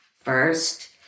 First